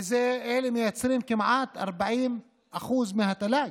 ואלה מייצרים כמעט 40% מהתל"ג.